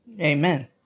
amen